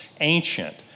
ancient